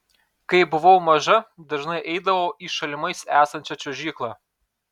kai buvau maža dažnai eidavau į šalimais esančią čiuožyklą